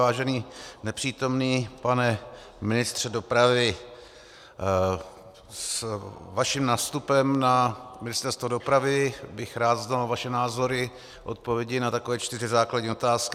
Vážený nepřítomný pane ministře dopravy, s vaším nástupem na Ministerstvo dopravy bych rád znal vaše názory v odpovědi na takové čtyři základní otázky.